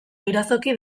irazoki